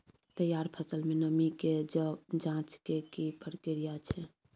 तैयार फसल में नमी के ज जॉंच के की प्रक्रिया छै?